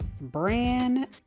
brand